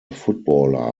footballer